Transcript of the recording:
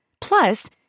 Plus